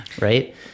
right